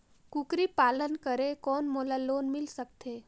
कूकरी पालन करे कौन मोला लोन मिल सकथे?